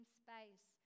space